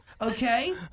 Okay